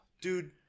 dude